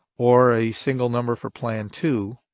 or a single number for plan two,